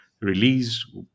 release